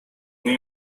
nie